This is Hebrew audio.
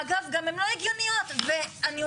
אגב, גם הן לא הגיוניות.